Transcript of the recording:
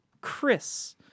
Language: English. Chris